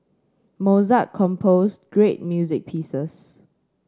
Mozart composed great music pieces